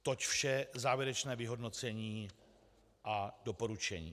Posud toť vše závěrečné vyhodnocení a doporučení.